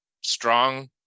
strong